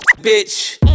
bitch